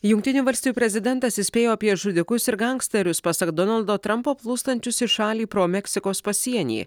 jungtinių valstijų prezidentas įspėjo apie žudikus ir gangsterius pasak donaldo trampo plūstančius į šalį pro meksikos pasienį